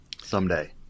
someday